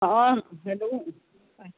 हा हेल्लो